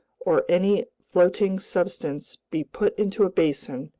or any floating substance, be put into a basin,